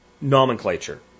nomenclature